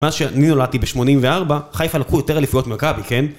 מאז שאני נולדתי בשמונים וארבע, חיפה לקחו יותר אליפיות ממכבי, כן?